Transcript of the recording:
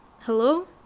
Hello